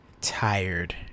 tired